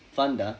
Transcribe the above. fun dah